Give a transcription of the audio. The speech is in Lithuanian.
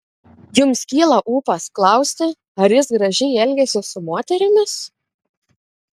jums kyla ūpas klausti ar jis gražiai elgiasi su moterimis